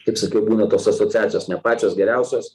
kaip sakiau būna tos asociacijos ne pačios geriausios